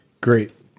Great